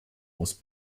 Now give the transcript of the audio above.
was